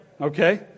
okay